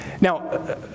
Now